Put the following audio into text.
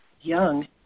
young